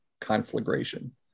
conflagration